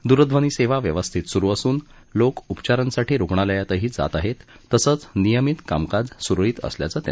दूरध्वनीसेवा व्यवस्थित सुरू असून लोक उपचारांसाठी रुग्णालयातही जात आहेत तसंच नियमित कामकाज सुरळीत असल्याचं त्यांनी सांगितलं